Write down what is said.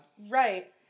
Right